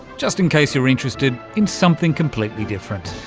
just in case you're interested in something completely different.